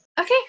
Okay